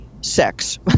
sex